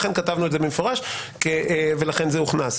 לכן כתבנו את זה במפורש ולכן זה הוכנס.